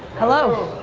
hello,